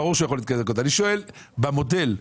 אני שואל במודל,